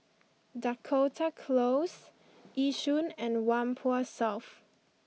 Dakota Close Yishun and Whampoa South